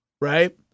right